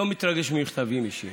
אני לא מתרגש ממכתבים אישיים,